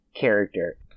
character